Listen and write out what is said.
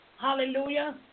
Hallelujah